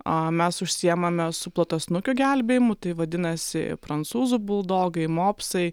mes užsiimame suplotasnukių gelbėjimu tai vadinasi prancūzų buldogai mopsai